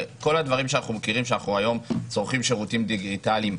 וכל הדברים שאנחנו מכירים כשאנחנו היום צורכים שירותים דיגיטליים,